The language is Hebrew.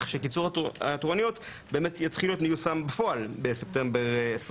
שקיצור התורנויות באמת יתחיל להיות מיושם בפועל בספטמבר 2023